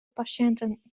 patiënten